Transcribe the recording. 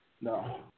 No